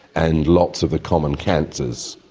and lots of the common cancers.